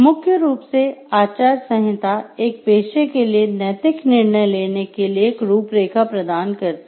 मुख्य रूप से आचार संहिता एक पेशे के लिए नैतिक निर्णय लेने के लिए एक रूपरेखा प्रदान करती है